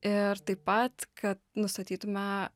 ir taip pat kad nustatytume